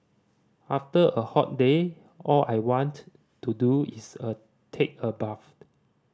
after a hot day all I want to do is take a bath